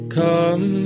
come